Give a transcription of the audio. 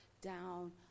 down